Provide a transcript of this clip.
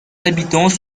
habitants